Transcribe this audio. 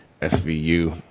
SVU